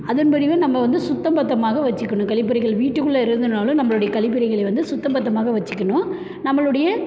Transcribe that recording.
அதன்படி தான் நம்ம வந்து சுத்தம்பத்தமாக வச்சிக்கணும் கழிப்பறைகள் வீட்டுக்குள்ளே இருந்துனாலும் நம்மளுடைய கழிப்பறைகளை வந்து சுத்தம்பத்தமாக வச்சிக்கணும் நம்மளுடைய